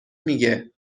میگه